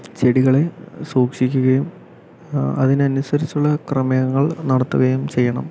ചെടികളെ സൂക്ഷിക്കുകയും അതിന് അനുസരിച്ചുള്ള ക്രമയങ്ങൾ നടത്തുകയും ചെയ്യണം